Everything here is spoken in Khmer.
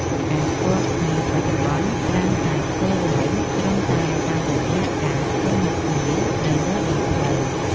ការស្គាល់គ្នាបច្ចុប្បន្នច្រើនតែធ្វើឡើងត្រឹមតែតាមរយៈការឃើញមុខគ្នានៅលើដងផ្លូវ។